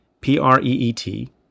P-R-E-E-T